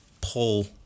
pull